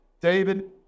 david